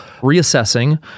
reassessing